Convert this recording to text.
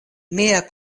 mia